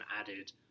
added